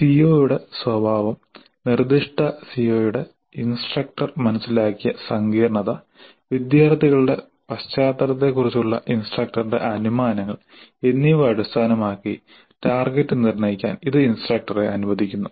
സിഒയുടെ സ്വഭാവം നിർദ്ദിഷ്ട സിഒയുടെ ഇൻസ്ട്രക്ടർ മനസ്സിലാക്കിയ സങ്കീർണ്ണത വിദ്യാർത്ഥികളുടെ പശ്ചാത്തലത്തെക്കുറിച്ചുള്ള ഇൻസ്ട്രക്ടറുടെ അനുമാനങ്ങൾ എന്നിവ അടിസ്ഥാനമാക്കി ടാർഗറ്റ് നിർണ്ണയിക്കാൻ ഇത് ഇൻസ്ട്രക്ടറെ അനുവദിക്കുന്നു